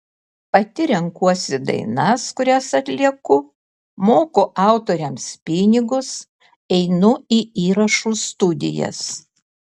pati renkuosi dainas kurias atlieku moku autoriams pinigus einu į įrašų studijas